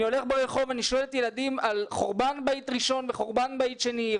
אני הולך ברחוב ואני שואל ילדים על חורבן בית ראשון וחורבן בית שני,